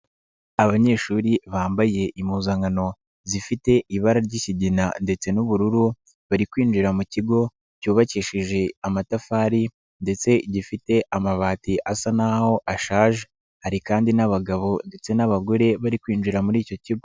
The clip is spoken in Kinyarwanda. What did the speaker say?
Abanyeshuri bambaye impuzankano zifite ibara ry'ikigina ndetse n'ubururu bari kwinjira mu kigo cyubakishije amatafari ndetse gifite amabati asa n'aho ashaje, hari kandi n'abagabo ndetse n'abagore bari kwinjira muri icyo kigo.